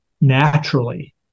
naturally